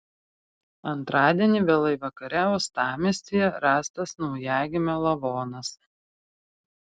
antradienį vėlai vakare uostamiestyje rastas naujagimio lavonas